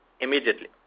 immediately